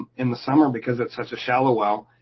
in the summer because it's such a shallow well,